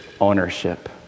ownership